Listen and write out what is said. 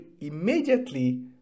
immediately